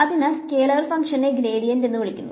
അതിനാൽ സ്കേലർ ഫംഗ്ഷനെ ഗ്രേഡിയന്റ് എന്ന് വിളിക്കുന്നു